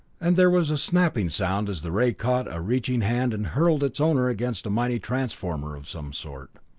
and there was a snapping sound as the ray caught a reaching hand and hurled its owner against a mighty transformer of some sort.